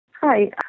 Hi